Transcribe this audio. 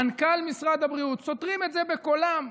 מנכ"ל משרד הבריאות, סותרים את זה בקולם.